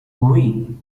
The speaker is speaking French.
oui